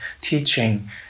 teaching